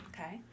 Okay